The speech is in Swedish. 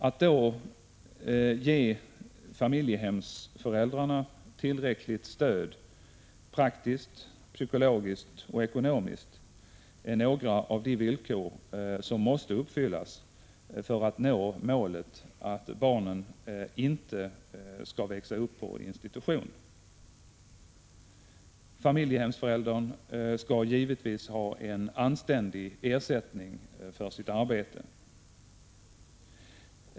Att då ge familjehemsföräldrarna tillräckligt stöd, praktiskt, psykologiskt och ekonomiskt, är några av de villkor som måste uppfyllas för att nå målet att barnen inte skall växa upp på institution. Familjehemsföräldern skall givetvis ha en anständig ersättning för sitt arbete.